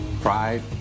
pride